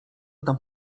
tam